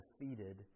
defeated